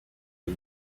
est